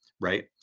Right